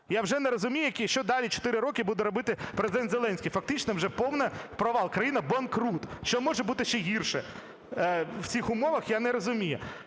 Я вже не розумію що далі 4 роки буде робити Президент Зеленський. Фактично вже повний провал, країна - банкрут. Що може бути ще гірше в цих умовах, я не розумію?